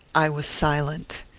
i was silent.